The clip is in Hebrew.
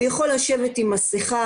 הוא יכול לשבת עם מסיכה.